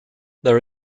there